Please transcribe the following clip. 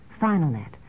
Finalnet